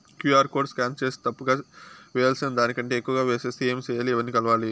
QR code scan సేసి తప్పు గా వేయాల్సిన దానికంటే ఎక్కువగా వేసెస్తే ఏమి సెయ్యాలి? ఎవర్ని కలవాలి?